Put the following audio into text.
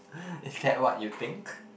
is that what you think